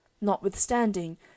notwithstanding